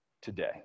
today